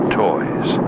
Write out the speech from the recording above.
toys